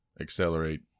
accelerate